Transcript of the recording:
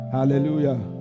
Hallelujah